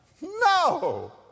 No